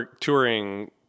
touring